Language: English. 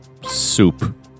Soup